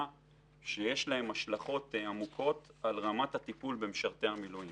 שיש להן השלכות עמוקות על רמת הטיפול במשרתי המילואים.